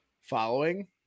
following